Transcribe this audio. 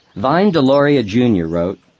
vine deloria, jr. wrote